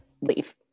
leave